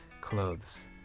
clothes